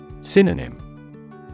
Synonym